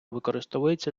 використовується